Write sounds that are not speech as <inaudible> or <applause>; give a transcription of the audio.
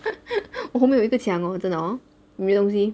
<laughs> 我后面有一个墙 hor 真的 hor 有没有东西